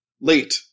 Late